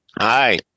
Hi